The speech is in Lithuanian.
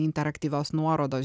interaktyvios nuorodos